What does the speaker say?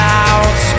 out